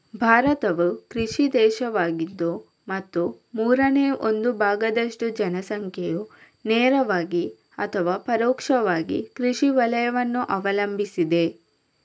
ಭಾರತವು ಕೃಷಿ ದೇಶವಾಗಿದೆ ಮತ್ತು ಮೂರನೇ ಒಂದು ಭಾಗದಷ್ಟು ಜನಸಂಖ್ಯೆಯು ನೇರವಾಗಿ ಅಥವಾ ಪರೋಕ್ಷವಾಗಿ ಕೃಷಿ ವಲಯವನ್ನು ಅವಲಂಬಿಸಿದೆ